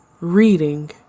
reading